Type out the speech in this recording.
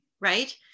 right